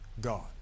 God